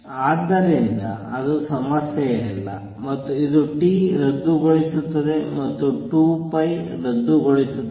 ಆದ್ದರಿಂದ ಅದು ಸಮಸ್ಯೆಯಲ್ಲ ಮತ್ತು ಇದು t ರದ್ದುಗೊಳಿಸುತ್ತದೆ ಮತ್ತು 2π ರದ್ದುಗೊಳಿಸುತ್ತದೆ